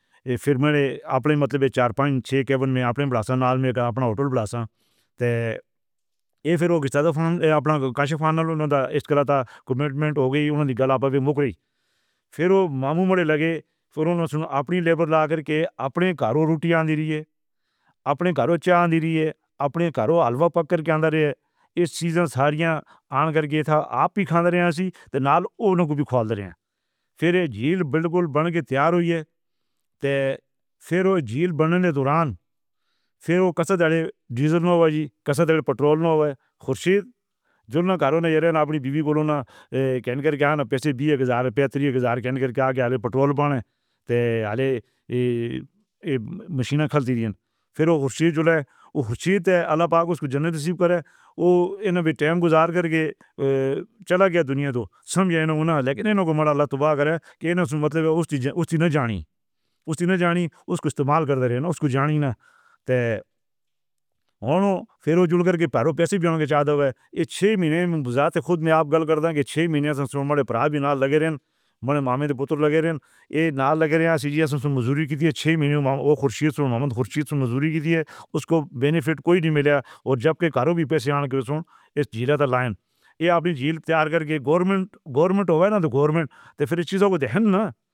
پھر میرے اپنے مطلب کیوین میں اپنے بلاسہ اپنا ہوٹل بلاسہ تھے۔ پھر او پھر او مامو لگے اپنی لیول لا کر کے اپنے کرو روگیوں۔ اپنے کرو حلوہ کے اندر یہ اس سیزن تھاریا آن کر کے تھا۔ آپ ہی پھر یہ جیل بالکل بن کے تیار ہوئی ہے۔ پھر او جیل بن کے دوران، پھر او ڈیزل میں ہوا جی کسرت پیٹرول میں ہوا ہے اپنی بیوی بولو نا؟ کنگر کے آنے پیسے بھی ہزار روپے پیٹرول پانے ارے یہ مشین پھر او حسیب ہے اللہ پاک اسکی جنت ریسیو کرے او ان گزار کر کے چلا گیا دنیا تو۔ اس دن جانی اسکو استعمال کر دے رہے ہے، نا اسکو جانی نا تے اور پھر او جوڑ کر کے پیروں پے سے یہ چھے مہینے میں گجرات کے خود میں آپ غلط کر دے کے چھے مہینے؟ یہ نا لگ رہا ہے سی جی ایس میں مزدوری کی تھی۔ چھہ مہینے او خورشید کی تھی، ہے اسکو بینیفٹ کوئی نہیں ملے گا اور جب کے کرو بھی پے لائن یہ اپنی جیل تیار کر کے گورنمنٹ گورنمنٹ ہوگا نا دی گورنمنٹ۔